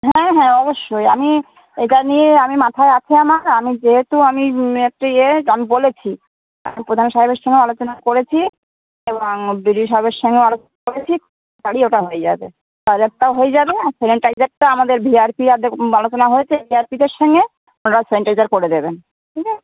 হ্যাঁ হ্যাঁ অবশ্যই আমি এটা নিয়ে আমি মাথায় আছে আমার আমি যেহেতু আমি একটু ইয়ে আমি বলেছি আমি প্রধান সাহেবের সঙ্গেও আলোচনা করেছি এবং বি ডি ও সাহেবের সঙ্গেও আলোচনা করেছি কালই ওটা হয়ে যাবে টয়লেটটাও হয়ে যাবে আর স্যানিটাইজারটা আমাদের ভি আই পি আর দে আলোচনা হয়েছে ভিআরপিদের সঙ্গে ওরা স্যানিটাইজার করে দেবেন ঠিক আছে